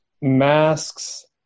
masks